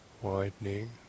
widening